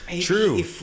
True